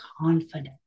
confident